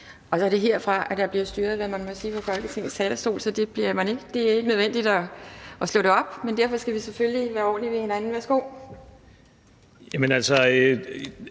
Tak. Det er herfra, at det bliver styret, hvad man må sige fra Folketingets talerstol, så det er ikke nødvendigt at slå det op, men derfor skal vi selvfølgelig være ordentlige ved hinanden. Værsgo.